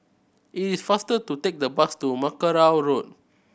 it is faster to take the bus to Mackerrow Road